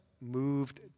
moved